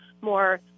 more